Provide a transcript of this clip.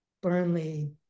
Burnley